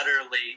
utterly